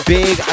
big